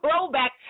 throwback